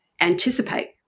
anticipate